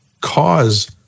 cause